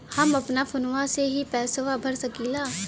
हम अपना फोनवा से ही पेसवा भर सकी ला?